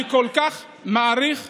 אני כל כך מעריך ומעריץ,